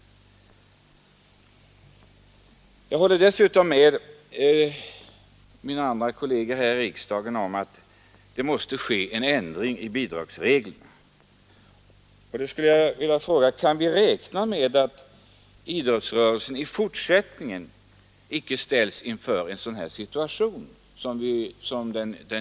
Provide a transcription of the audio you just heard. Vidare håller jag med mina riksdagskolleger om att det måste företas en ändring av bidragsreglerna, och jag vill fråga om vi kan räkna med att idrottsrörelsen i fortsättningen inte kommer att ställas i samma situation som den nu gjort?